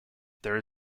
there